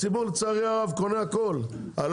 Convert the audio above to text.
להיות הציבור קונה הכול, לצערי הרב.